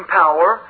power